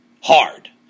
hard